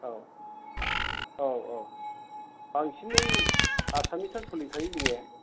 औ औ औ बांसिनै आसामिसआनो सोलिखायो जोंनिया